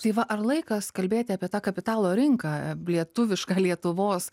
tai va ar laikas kalbėt apie tą kapitalo rinką e lietuvišką lietuvos